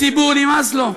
הציבור, נמאס לו.